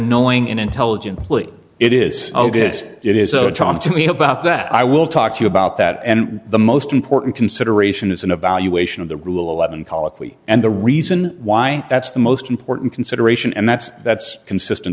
knowing and intelligent plea it is oh this it is to me about that i will talk to you about that and the most important consideration is an evaluation of the rule eleven colloquy and the reason why that's the most important consideration and that's that's consistent